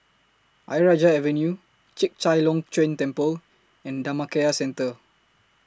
Ayer Rajah Avenue Chek Chai Long Chuen Temple and Dhammakaya Centre